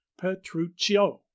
Petruccio